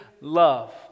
love